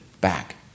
back